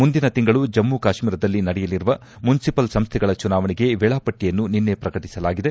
ಮುಂದಿನ ತಿಂಗಳು ಜಮ್ಮು ಕಾಶ್ಮೀರದಲ್ಲಿ ನಡೆಯಲಿರುವ ಮುನ್ಲಿಪಲ್ ಸಂಸ್ಟೆಗಳ ಚುನಾವಣೆಗೆ ವೇಳಾಪಟ್ಟಯನ್ನು ನಿನ್ನೆ ಪ್ರಕಟಿಸಲಾಗಿದೆ